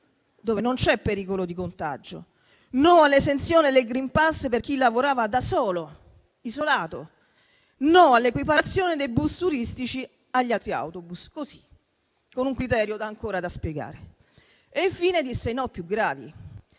dove non c'è pericolo di contagio, no all'esenzione dal *green pass* per chi lavorava da solo, isolato, no all'equiparazione dei bus turistici agli altri autobus, con un criterio ancora da spiegare. E infine disse i no più gravi: